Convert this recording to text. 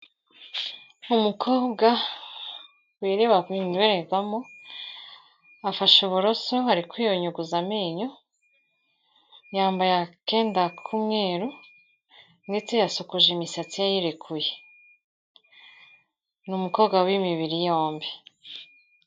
Umukobwa wireba mu ndorerwamo, afasha uburoso ari kwiyunyuguza amenyo, yambaye akenda k'umweru, ndetse yasokoje imisatsi ye ayirekuye, ni umukobwa w'imibiri yombi.